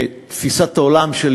בתפיסת העולם שלי,